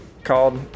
called